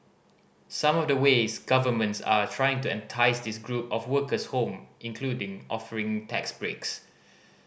some of the ways governments are trying to entice this group of workers home including offering tax breaks